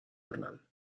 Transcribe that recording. journal